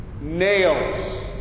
nails